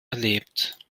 erlebt